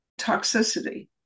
toxicity